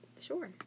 Sure